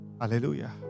Hallelujah